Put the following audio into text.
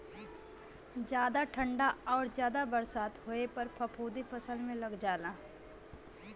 जादा ठंडा आउर जादा बरसात होए पर फफूंदी फसल में लग जाला